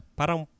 parang